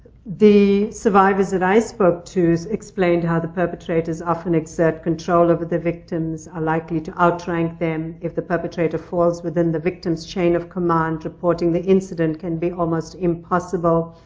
the survivors that i spoke to explain how the perpetrators often exert control over the victims, are likely to outrank them. if the perpetrator falls within the victim's chain of command, reporting the incident can be almost impossible.